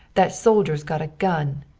that soldier's got a gun.